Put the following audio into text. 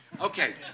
Okay